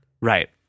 Right